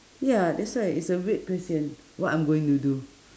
ya that's why its a weird question what I'm going to do